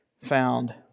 found